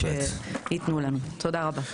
תודה רבה.